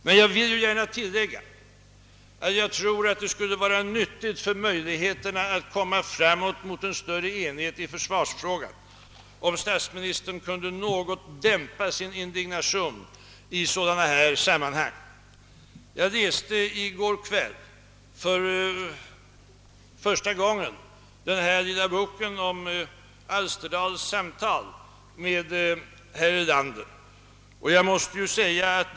Men jag vill gärna tillägga att jag tror att det skulle vara nyttigt för möjligheterna att komma fram mot större enhet i försvarsfrågan om statsministern kunde dämpa sin indignation något i sådana här sammanhang. Jag läste i går kväll för första gången den lilla boken om Alsterdals samtal med hr Erlander.